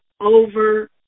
over